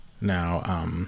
now